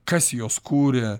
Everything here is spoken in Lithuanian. kas juos kuria